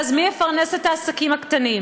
ואז מי יפרנס את העסקים הקטנים?